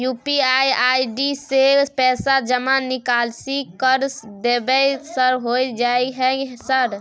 UPI ID से पैसा जमा निकासी कर देबै सर होय जाय है सर?